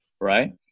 right